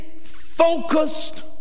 focused